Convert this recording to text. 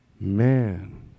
Man